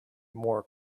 more